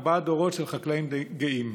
ארבעה דורות של חקלאים גאים.